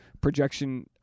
projection